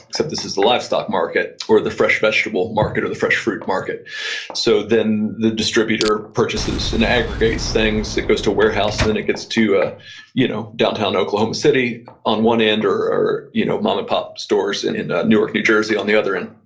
except this is the livestock market, or the fresh vegetable market, or the fresh fruit market so then the distributor purchases and aggregates things that goes to a warehouse and then it gets to ah you know downtown oklahoma city on one end or or you know mom and pop stores in ah newark, new jersey on the other end.